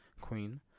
Queen